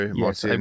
yes